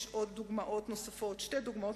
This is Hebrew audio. יש עוד שתי דוגמאות